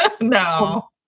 No